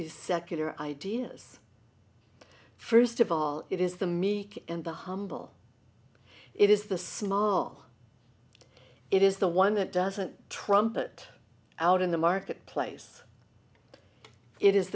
these secular ideas first of all it is the me and the humble it is the small it is the one that doesn't trumpet out in the marketplace it is